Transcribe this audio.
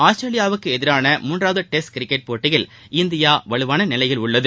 ஆஸ்திரேலியாவுக்கு எதிரான மூள்றாவது டெஸ்ட் கிரிக்கெட் போட்டியில் இந்தியா வலுவான நிலையில் உள்ளது